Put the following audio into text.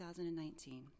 2019